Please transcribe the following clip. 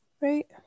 Right